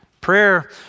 Prayer